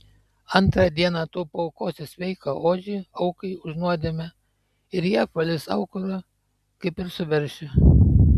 antrą dieną tu paaukosi sveiką ožį aukai už nuodėmę ir jie apvalys aukurą kaip ir su veršiu